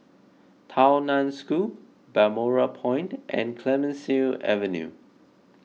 Tao Nan School Balmoral Point and Clemenceau Avenue